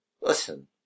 Listen